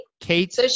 Kate